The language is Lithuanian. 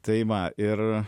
tai va ir